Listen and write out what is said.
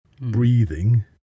breathing